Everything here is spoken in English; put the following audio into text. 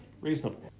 reasonable